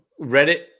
Reddit